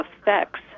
effects